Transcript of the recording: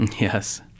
Yes